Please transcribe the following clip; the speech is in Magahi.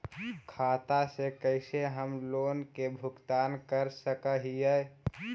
खाता से कैसे हम लोन के भुगतान कर सक हिय?